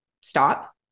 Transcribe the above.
stop